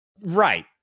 Right